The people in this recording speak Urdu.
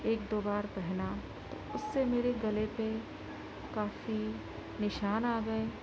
ایک دو بار پہنا اس سے میرے گلے پہ کافی نشان آ گئے